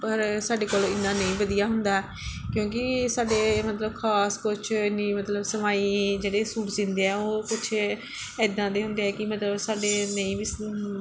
ਪਰ ਸਾਡੇ ਕੋਲ ਇਹਨਾਂ ਨਹੀਂ ਵਧੀਆ ਹੁੰਦਾ ਕਿਉਂਕਿ ਸਾਡੇ ਮਤਲਬ ਖਾਸ ਕੁਛ ਨਹੀਂ ਮਤਲਬ ਸਵਾਈ ਜਿਹੜੇ ਸੂਟ ਸਿਊਂਦੇ ਆ ਉਹ ਕੁਛ ਇੱਦਾਂ ਦੇ ਹੁੰਦੇ ਆ ਕਿ ਮਤਲਬ ਸਾਡੇ ਨਹੀਂ ਵੀ